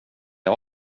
jag